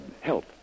help